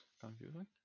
confusing